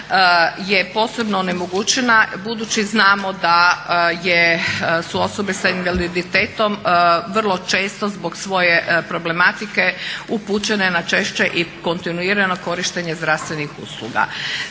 je posebno onemogućena budući znamo da su osobe s invaliditetom vrlo često zbog svoje problematike upućene na češće i kontinuirano korištenje zdravstvenih usluga.